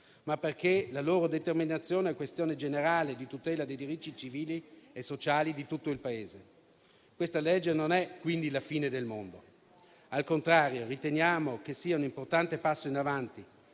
ma perché la loro determinazione è questione generale di tutela dei diritti civili e sociali di tutto il Paese. Il presente disegno di legge non è quindi la fine del mondo; al contrario, riteniamo che sia un importante passo in avanti,